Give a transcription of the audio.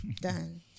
Done